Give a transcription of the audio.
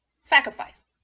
sacrifice